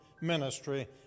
ministry